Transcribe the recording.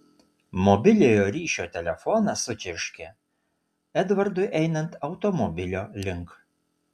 mobiliojo ryšio telefonas sučirškė edvardui einant automobilio link